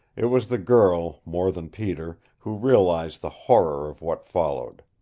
it was the girl, more than peter, who realized the horror of what followed.